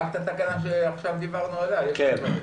רק התקנה שעכשיו דיברנו עליה או יש עוד דברים?